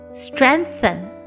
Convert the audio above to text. strengthen